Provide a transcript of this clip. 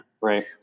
Right